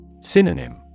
Synonym